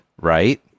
right